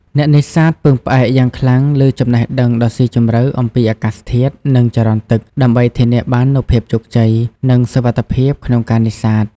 អ្នកនេសាទពឹងផ្អែកយ៉ាងខ្លាំងលើចំណេះដឹងដ៏ស៊ីជម្រៅអំពីអាកាសធាតុ និងចរន្តទឹក ដើម្បីធានាបាននូវភាពជោគជ័យ និងសុវត្ថិភាពក្នុងការនេសាទ។